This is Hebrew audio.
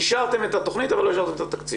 אישרתם את התכנית אבל לא אישרתם את התקציב.